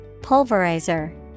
Pulverizer